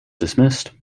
dismissed